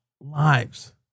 lives